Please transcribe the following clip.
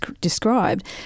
described